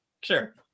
Sure